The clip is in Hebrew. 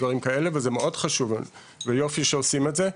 זה מאוד חשוב ויופי שעושים את זה.